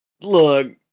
look